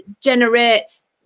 generates